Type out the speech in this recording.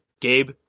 Gabe